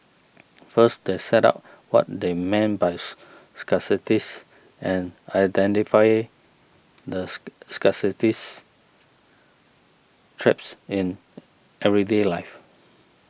first they set out what they mean buys scarcity and identify the scarcity traps in everyday life